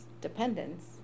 dependence